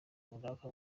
runaka